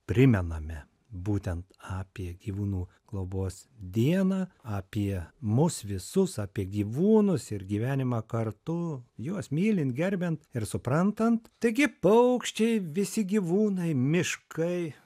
primename būtent apie gyvūnų globos dieną apie mus visus apie gyvūnus ir gyvenimą kartu juos mylint gerbiant ir suprantant taigi paukščiai visi gyvūnai miškai